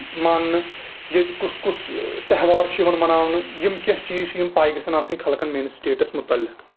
ماننہٕ ییٚتہِ کُس کُس تیٚہوار چھُ یِوان مَناونہٕ یِم کیٚنٛہہ چیٖز چھِ یِم پاے گژھن آسِنۍ کھلکن میٲنِس سِٹیٹس مُتعلِق